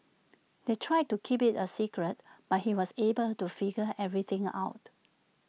they tried to keep IT A secret but he was able to figure everything out